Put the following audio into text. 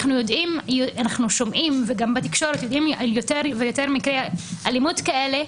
אנחנו יודעים ושומעים גם בתקשורת על יותר ויותר מקרי אלימות כאלה,